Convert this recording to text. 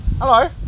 Hello